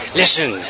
listen